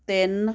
ਤਿੰਨ